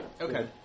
Okay